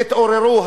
תתעוררו,